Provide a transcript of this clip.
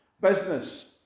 business